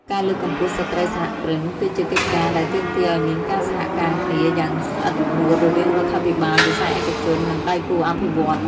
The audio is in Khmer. ការលើកកម្ពស់ស្ត្រីសហគ្រិន គឺជាកិច្ចការដែលទាមទារឱ្យមានការសហការគ្នាយ៉ាងស្អិតរមួតរវាងរដ្ឋាភិបាល វិស័យឯកជន និងដៃគូអភិវឌ្ឍន៍។